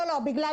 בגלל